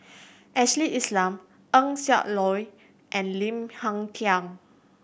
Ashley Isham Eng Siak Loy and Lim Hng Kiang